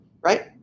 right